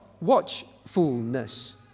watchfulness